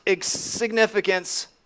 significance